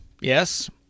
Yes